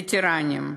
וטרנים,